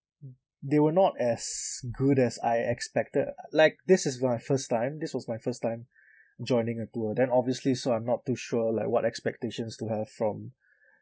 they were not as good as I expected like this is my first time this was my first time joining a tour then obviously so I'm not too sure like what expectations to have from